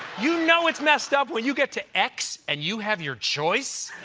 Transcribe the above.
you know it's messed up when you get to x and you have your choice.